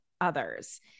others